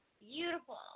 Beautiful